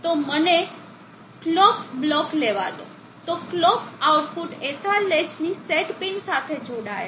તો મને clock block લેવા દો તો કલોકનું આઉટપુટ SR લેચની સેટ પિન સાથે જોડાયેલ છે